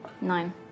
Nine